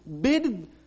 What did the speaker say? bid